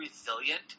resilient